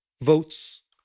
votes